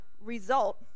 result